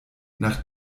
nach